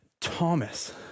Thomas